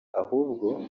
ahubwo